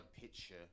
picture